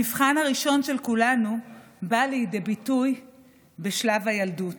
המבחן הראשון של כולנו בא לידי ביטוי בשלב הילדות